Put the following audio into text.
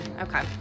Okay